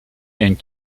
and